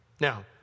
Now